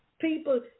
People